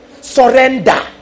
Surrender